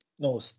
No